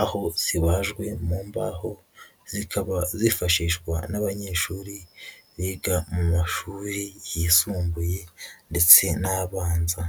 aho zibajwe mu mbaho, zikaba zifashishwa n'abanyeshuri biga mu mashuri yisumbuye ndetse n'abanza.